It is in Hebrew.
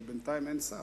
אבל בינתיים אין שר.